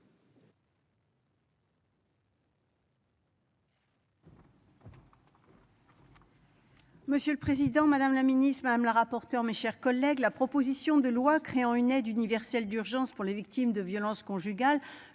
Monsieur le Président Madame la Ministre Madame la rapporteure, mes chers collègues, la proposition de loi créant une aide universelle d'urgence pour les victimes de violences conjugales